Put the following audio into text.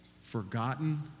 forgotten